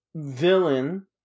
Villain